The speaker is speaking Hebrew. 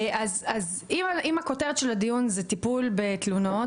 אם הכותרת של הדיון זה טיפול בתלונות,